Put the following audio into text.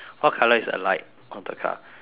what colour is the light of the car